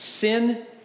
sin